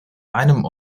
einem